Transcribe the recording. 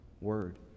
word